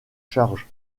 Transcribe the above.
charge